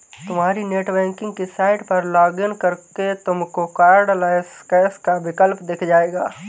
तुम्हारी नेटबैंकिंग की साइट पर लॉग इन करके तुमको कार्डलैस कैश का विकल्प दिख जाएगा